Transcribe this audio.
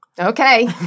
Okay